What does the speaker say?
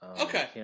Okay